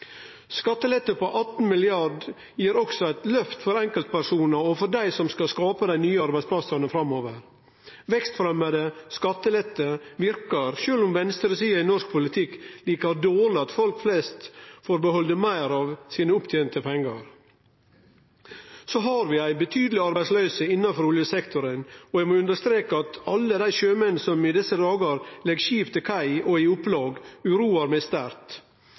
Skattelette på 18 mrd. kr gir også eit løft for enkeltpersonar og for dei som skal skape dei nye arbeidsplassane framover. Vekstfremjande skattelette verkar, sjølv om venstresida i norsk politikk liker dårleg at folk flest får behalde meir av sine opptente pengar. Så har vi ei betydeleg arbeidsløyse innanfor oljesektoren, og eg må understreke at alle dei sjømenn som i desse dagar legg skip til kai og i opplag, uroar meg sterkt.